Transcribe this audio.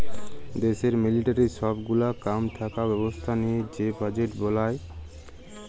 দ্যাশের মিলিটারির সব গুলা কাম থাকা ব্যবস্থা লিয়ে যে বাজেট বলায়